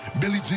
Billy